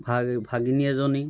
ভা ভাগিনী এজনী